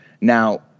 Now